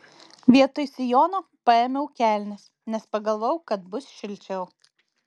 vietoj sijono paėmiau kelnes nes pagalvojau kad bus šilčiau